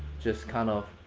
just kind of.